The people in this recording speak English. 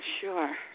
Sure